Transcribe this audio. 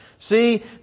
See